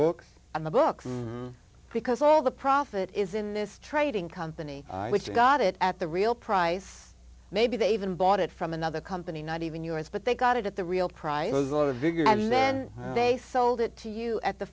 books on the books because all the profit is in this trading company which you got it at the real price maybe they even bought it from another company not even yours but they got it at the real price of vigor and then they sold it to you at the